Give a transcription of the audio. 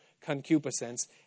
concupiscence